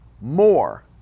more